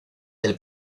del